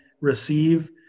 receive